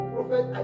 Prophet